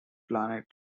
planet